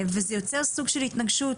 וזה יוצא סוג של התנגשות,